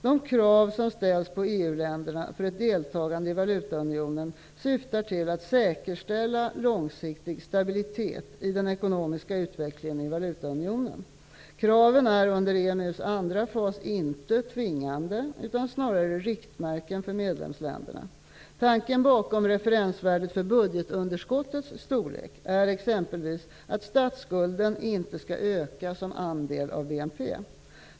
De krav som ställs på EU-länderna för ett deltagande i valutaunionen syftar till att säkerställa långsiktig stabilitet i den ekonomiska utvecklingen i valutaunionen. Kraven är under EMU:s andra fas inte tvingande utan snarare riktmärken för medlemsländerna. Tanken bakom referensvärdet för budgetunderskottens storlek är exempelvis att statsskulden inte skall öka som andel av BNP.